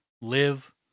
live